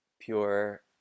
pure